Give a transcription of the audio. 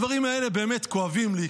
הדברים האלה באמת כואבים לי,